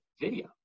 video